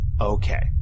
Okay